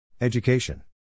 Education